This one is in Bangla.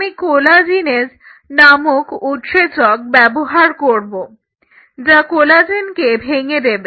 আমি কোলাজিনেস নামক উৎসেচক ব্যবহার করব যা কোলাজেনকে ভেঙে দেবে